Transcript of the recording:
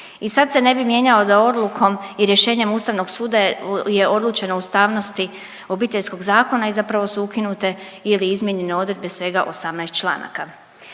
I sad se ne bi mijenjao da odlukom i rješenjem Ustavnog suda je odlučeno o ustavnosti Obiteljskog zakona i zapravo su ukinute ili izmijenjene odredbe svega 18 članaka.